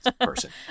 person